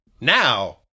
Now